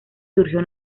surgió